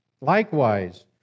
Likewise